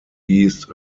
east